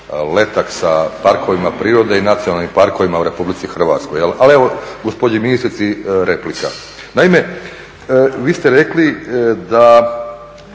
letak sa parkovima prirode i nacionalnim parkovima u Republici Hrvatskoj. Ali evo gospođi ministrici replika. Naime, vi ste rekli da